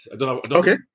Okay